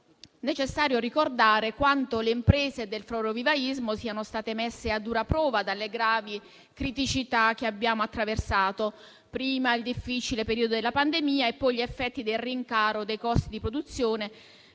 È necessario ricordare quanto le imprese del florovivaismo siano state messe a dura prova dalle gravi criticità che abbiamo attraversato: prima il difficile periodo della pandemia e poi gli effetti del rincaro dei costi di produzione